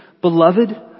Beloved